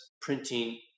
printing